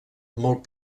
molt